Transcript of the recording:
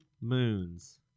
moons